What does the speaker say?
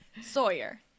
Sawyer